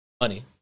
money